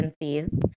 agencies